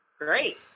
Great